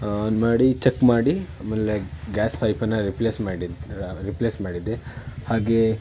on ಮಾಡಿ check ಮಾಡಿ ಆಮೇಲೆ ಗ್ಯಾಸ್ ಪೈಪನ್ನು ರಿಪ್ಲೇಸ್ ಮಾಡಿ ರಿಪ್ಲೇಸ್ ಮಾಡಿದ್ದೆ ಹಾಗೆಯೇ